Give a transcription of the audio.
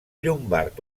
llombard